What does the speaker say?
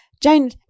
Jane